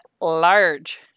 large